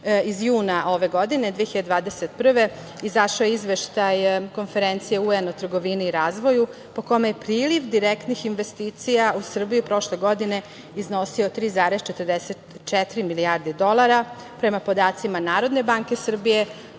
iz juna ove godine, 2021. godine. Izašao je izveštaj Konferencije UN o trgovini i razvoju po kome je priliv direktnih investicija u Srbiju prošle godine iznosio 3,44 milijarde dolara. Prema podacima Narodne banke Srbije,